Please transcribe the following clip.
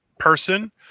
person